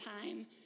time